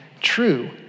true